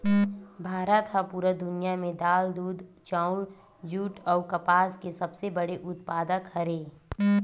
भारत हा पूरा दुनिया में दाल, दूध, चाउर, जुट अउ कपास के सबसे बड़े उत्पादक हरे